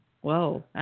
whoa